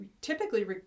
typically